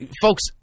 Folks